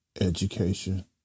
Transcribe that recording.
education